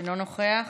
אינו נוכח.